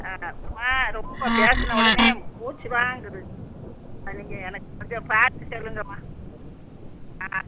ஆ அப்புறமா ரொம்ப பேசுன உடனே மூச்சு வாங்குது சரிங்க எனக்கு கொஞ்சம் பார்த்து சொல்லுங்கள்ம்மா ஆ